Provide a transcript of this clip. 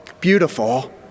beautiful